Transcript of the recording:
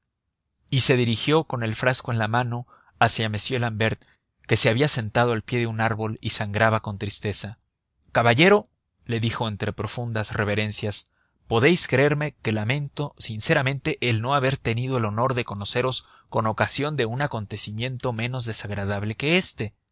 y se dirigió con el frasco en la mano hacia m l'ambert que se había sentado al pie de un árbol y sangraba con tristeza caballero le dijo entre profundas reverencias podéis creerme que lamento sinceramente el no haber tenido el honor de conoceros con ocasión de un acontecimiento menos desagradable que este